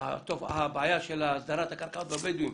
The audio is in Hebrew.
הבעיה של הסדרת הקרקעות של הבדואים,